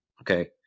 Okay